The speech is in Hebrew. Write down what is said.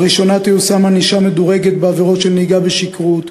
לראשונה תיושם ענישה מדורגת בעבירות של נהיגה בשכרות,